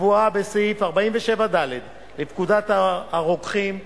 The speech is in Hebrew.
הקבועה בסעיף 47ד לפקודת הרוקחים ,